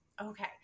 okay